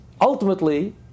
ultimately